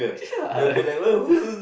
ya